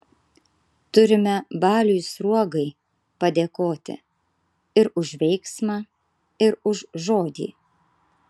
turime baliui sruogai padėkoti ir už veiksmą ir už žodį